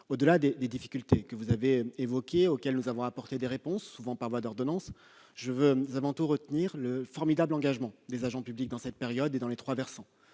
Au-delà des difficultés que vous avez évoquées et auxquelles nous avons apporté des réponses, souvent par voie d'ordonnance, je veux avant tout retenir le formidable engagement, durant cette période, des agents des trois versants